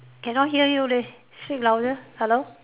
cannot hear you leh speak louder hello